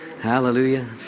Hallelujah